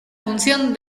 función